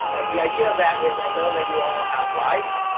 and the idea of that is i know that you all have lives.